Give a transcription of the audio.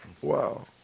Wow